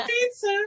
pizza